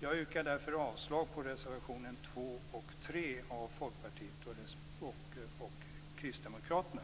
Jag yrkar därför avslag på reservationerna 2 och 3 av Folkpartiet och Kristdemokraterna.